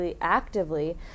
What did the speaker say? actively